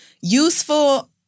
useful